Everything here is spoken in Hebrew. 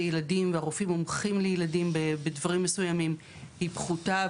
רופאי הילדים והרופאים מומחים לילדים בדברים מסוימים היא פחותה.